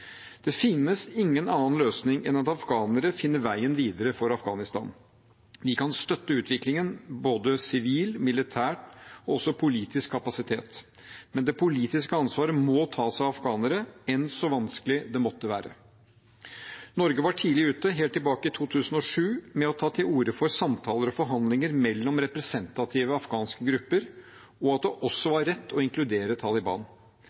Det finnes ingen annen løsning enn at afghanere finner veien videre for Afghanistan. Vi kan støtte utviklingen med både sivil, militær og også politisk kapasitet. Men det politiske ansvaret må tas av afghanere, enn så vanskelig det måtte være. Norge var tidlig ute, helt tilbake i 2007, med å ta til orde for samtaler og forhandlinger mellom representative afghanske grupper, og at det også var rett å inkludere Taliban.